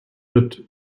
wird